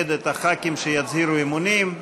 שנכבד את חברי הכנסת שיצהירו אמונים.